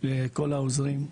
ולכל העוזרים.